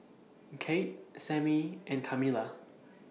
Kate Sammie and Kamila